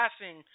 passing